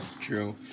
True